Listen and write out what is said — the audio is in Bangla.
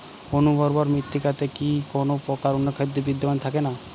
অনুর্বর মৃত্তিকাতে কি কোনো প্রকার অনুখাদ্য বিদ্যমান থাকে না?